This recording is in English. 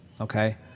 Okay